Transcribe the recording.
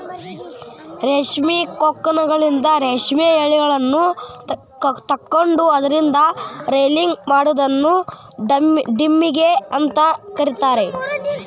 ರೇಷ್ಮಿ ಕೋಕೂನ್ಗಳಿಂದ ರೇಷ್ಮೆ ಯಳಿಗಳನ್ನ ತಕ್ಕೊಂಡು ಅದ್ರಿಂದ ರೇಲಿಂಗ್ ಮಾಡೋದನ್ನ ಡಿಗಮ್ಮಿಂಗ್ ಅಂತ ಕರೇತಾರ